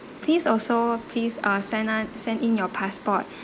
please also please uh send send in your passport